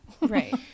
Right